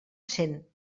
cent